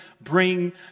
bring